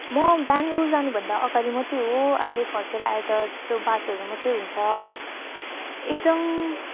म बेङ्गलोर जानुभन्दा अघाडि मात्रै हो अहिले फर्केर आए तर त्यस्तो बातहरू मात्रै हुन्छ एकदम